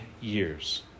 years